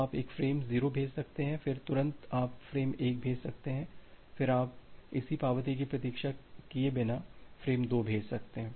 तो आप एक फ्रेम 0 भेज सकते हैं फिर तुरंत आप फ्रेम 1 भेज सकते हैं फिर आप इसी पावती की प्रतीक्षा किए बिना फ्रेम 2 भेज सकते हैं